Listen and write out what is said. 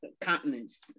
continents